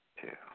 two